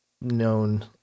known